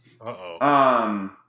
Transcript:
Uh-oh